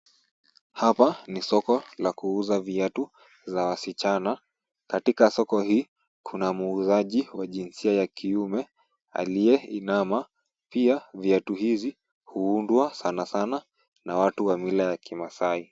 Hapa ni soko la kuuza viatu za wasichana. Katika soko hii kuna muuzaji wa jinsia ya kiume aliyeinama. Pia viatu hizi huundwa sana sana na watu wa mila ya kimaasai.